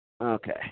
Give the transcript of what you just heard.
Okay